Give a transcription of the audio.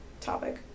topic